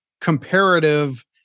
comparative